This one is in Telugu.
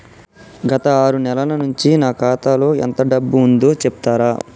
గత ఆరు నెలల నుంచి నా ఖాతా లో ఎంత డబ్బు ఉందో చెప్తరా?